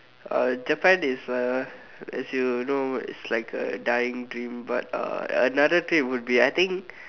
uh Japan is a as you know is like a dying dream but uh another dream would be I think